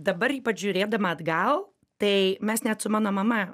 dabar ypač žiūrėdama atgal tai mes net su mano mama